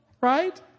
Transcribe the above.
Right